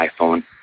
iPhone